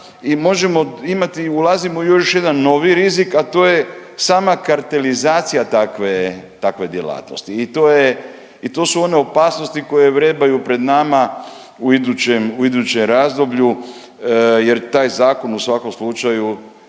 i možemo imati, ulazimo u još jedan novi rizik, a to je sama kartelizacija takve djelatnosti i to je, i to su one opasnosti koje vrebaju pred nam u idućem, u ide razdoblju jer taj zakon u svakom slučaju